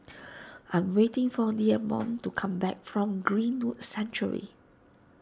I am waiting for Dameon to come back from Greenwood Sanctuary